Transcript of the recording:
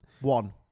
One